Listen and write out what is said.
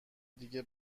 دیگه